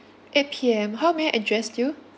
eight P_M how may I addressed you